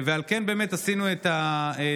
על כן באמת עשינו את הדיון.